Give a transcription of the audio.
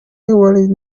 warren